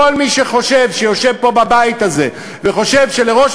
כל מי שיושב פה בבית הזה וחושב שלראש